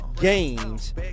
games